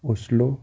Oslo